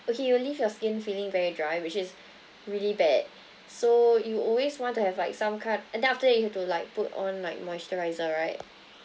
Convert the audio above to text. okay it'll leave your skin feeling very dry which is really bad so you always want to have like some kind and then after that you have to like put on like moisturiser right